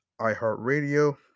iHeartRadio